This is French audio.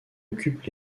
occupe